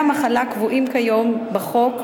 דמי המחלה הקבועים כיום בחוק,